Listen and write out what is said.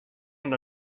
und